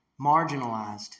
marginalized